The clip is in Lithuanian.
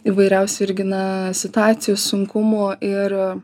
įvairiausių irgi na situacijų sunkumų ir